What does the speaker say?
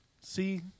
see